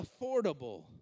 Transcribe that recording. affordable